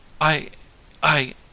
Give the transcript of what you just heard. I—I—